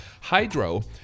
Hydro